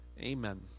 Amen